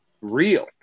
real